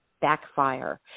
backfire